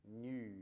new